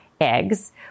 eggs